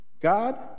god